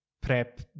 PrEP